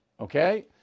okay